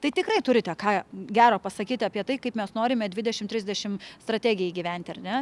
tai tikrai turite ką gero pasakyti apie tai kaip mes norime dvidešimt trisdešimt strategiją įgyventi ar ne